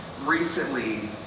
recently